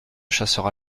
chasseurs